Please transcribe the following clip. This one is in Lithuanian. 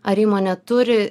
ar įmonė turi